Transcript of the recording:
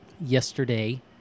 yesterday